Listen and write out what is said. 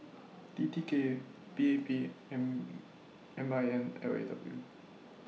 T T K P A P and M I N L A W